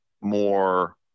more